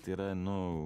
tai yra nu